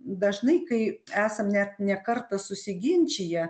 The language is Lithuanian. dažnai kai esam net ne kartą susiginčiję